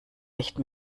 nicht